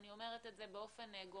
אני אומרת את זה באופן גורף,